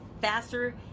faster